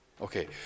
Okay